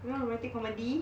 you know romantic comedy